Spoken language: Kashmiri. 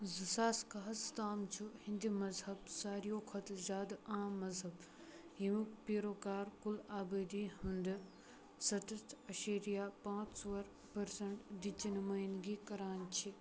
زٕ ساس کَہہ ہَس تام چھُ ہیٚندِ مذہب ساروِیو کھوتہٕ زیادٕ عام مذہب ییٚمیُک پیٖروکار کُل آبٲدی ہُنٛدٕ سَتتھ اَشیریا پانٛژھ ژور پٕرسَنٛٹ دٕتہِ نُمٲیِندگی کران چھِ